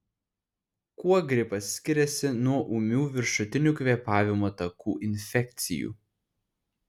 kuo gripas skiriasi nuo ūmių viršutinių kvėpavimo takų infekcijų